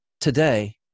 today